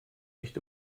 nicht